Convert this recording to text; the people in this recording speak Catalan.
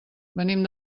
venim